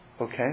Okay